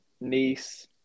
niece